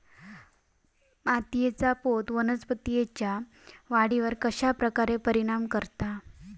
मातीएचा पोत वनस्पतींएच्या वाढीवर कश्या प्रकारे परिणाम करता?